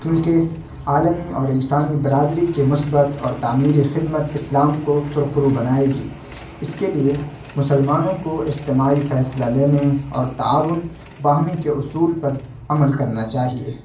کیونکہ عالمی اور انسانی برادری کے مثبت اور تعمیری خدمت اسلام کو سرخرو بنائے گی اس کے لیے مسلمانوں کو اجتماعی فیصلہ لینے اور تعاون باہمی کے اصول پر عمل کرنا چاہیے